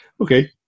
Okay